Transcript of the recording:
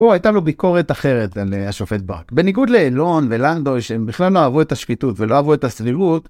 ‫פה הייתה לו ביקורת אחרת ‫על השופט ברק. ‫בניגוד לאילון ולנדוי, ש‫הם בכלל לא אהבו את השפיטות ‫ולא אהבו את הסבירות,